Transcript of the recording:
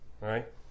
Right